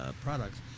products